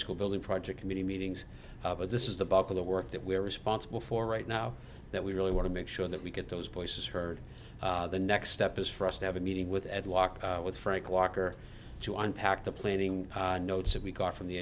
school building project committee meetings but this is the bulk of the work that we're responsible for right now that we really want to make sure that we get those voices heard the next step is for us to have a meeting with ed walk with frank walker to unpack the planning notes that we got from the